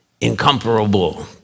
incomparable